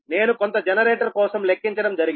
నేను కొంత జనరేటర్ కోసం లెక్కించడం జరిగింది